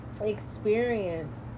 experience